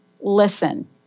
listen